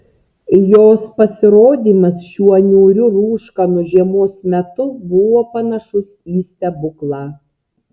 jos pasirodymas šiuo niūriu rūškanu žiemos metu buvo panašus į stebuklą